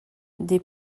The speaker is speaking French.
des